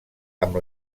amb